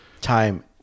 Time